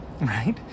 right